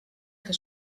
que